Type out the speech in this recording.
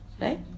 Right